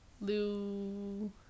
Lou